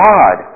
God